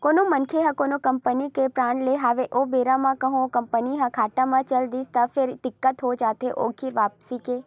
कोनो मनखे ह कोनो कंपनी के बांड लेय हवय ओ बेरा म कहूँ ओ कंपनी ह घाटा म चल दिस त फेर दिक्कत हो जाथे ओखी वापसी के